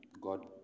God